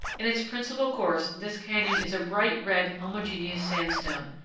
in its principal course this canyon is a bright red homogeneous sandstone,